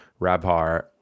Rabhar